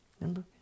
remember